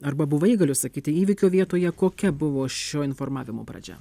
arba buvai galiu sakyti įvykio vietoje kokia buvo šio informavimo pradžia